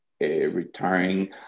retiring